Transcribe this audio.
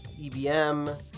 EBM